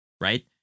right